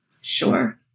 Sure